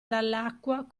dall’acqua